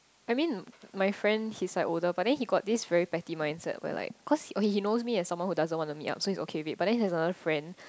I mean my friend he's like older but then he got this very petty mindset but like cause okay he knows me as someone who doesn't want to meet up so he's okay with it but he has another friend